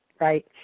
right